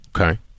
okay